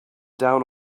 down